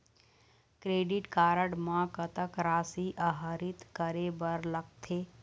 Credit card म कतक राशि आहरित करे बर लगथे?